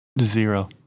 zero